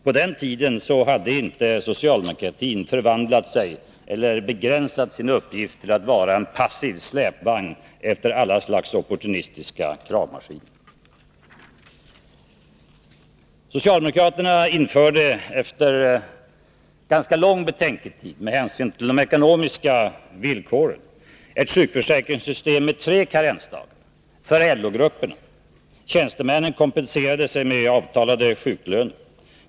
På den tiden hade inte socialdemokratin begränsat sin uppgift till att vara en passiv släpvagn efter alla slags opportunistiska kravmaskiner. Socialdemokraterna införde efter ganska lång betänketid, med hänsyn till de ekonomiska villkoren, ett sjukförsäkringssystem med tre karensdagar för LO-grupperna. Tjänstemännen kompenserade sig genom avtalade sjuklöner.